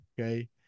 Okay